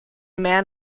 man